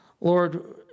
Lord